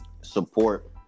support